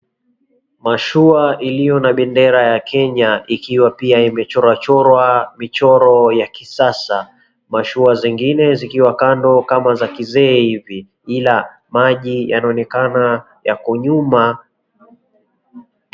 Mashuaa iliyo na bendera ya Kenya ikiwa pia imechorwa michoro ya kisasa, mashua zingine zikiwa kandokama za kizee hivi ila maji yanaonekana 𝑦𝑎𝑘o nyuma.